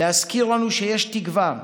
להזכיר לנו שיש תקווה.